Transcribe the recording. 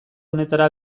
honetara